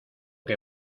que